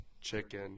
chicken